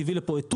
הביא לפה את TUV,